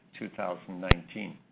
2019